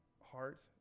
heart